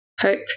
hope